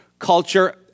culture